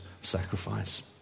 sacrifice